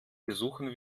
besuchen